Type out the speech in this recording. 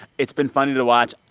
it's been funny to watch.